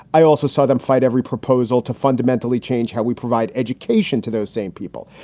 i also saw them fight every proposal to fundamentally change how we provide education to those same people.